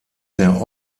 der